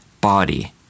Body